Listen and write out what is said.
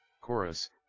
Chorus